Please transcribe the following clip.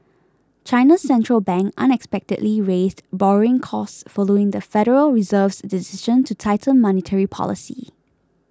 China's Central Bank unexpectedly raised borrowing costs following the Federal Reserve's decision to tighten monetary policy